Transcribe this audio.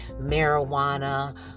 marijuana